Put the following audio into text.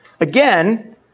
Again